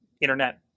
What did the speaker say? internet